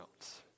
else